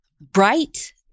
bright